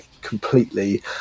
completely